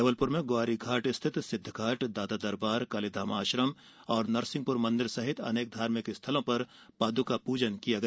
जबलपुर में ग्वारी घाट स्थित सिद्ध घाट दादा दरबार कालीधाम आश्रम नरसिंह मंदिर सहित अनेक धार्मिक स्थलों में पादका प्रजन किया गया